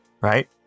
Right